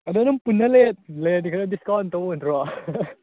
ꯑꯗꯣ ꯑꯗꯨꯝ ꯄꯨꯟꯅ ꯂꯩꯔꯗꯤ ꯈꯔ ꯗꯤꯁꯀꯥꯎꯟ ꯇꯧꯔꯣꯏꯗ꯭ꯔꯣ